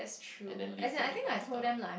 and then leave the week after